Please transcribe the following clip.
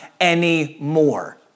anymore